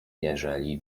jeżeli